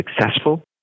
successful